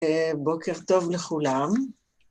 בוקר טוב לכולם.